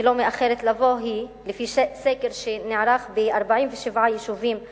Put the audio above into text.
שלא מאחרת לבוא, סקר שנערך ב-47 יישובים ערביים,